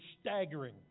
staggering